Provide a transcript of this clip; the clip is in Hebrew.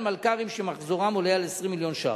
מלכ"רים שמחזורם עולה על 20 מיליון שקלים.